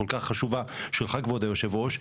הכול כך חשובה שלך כבוד היושב-ראש,